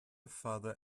fada